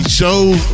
shows